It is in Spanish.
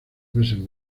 meses